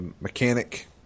mechanic